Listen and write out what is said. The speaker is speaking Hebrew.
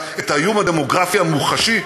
את האיום הדמוגרפי המוחשי,